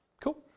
Cool